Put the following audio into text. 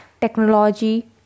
technology